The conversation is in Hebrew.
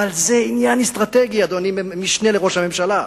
אבל זה עניין אסטרטגי, אדוני המשנה לראש הממשלה.